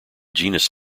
genus